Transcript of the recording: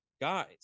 guys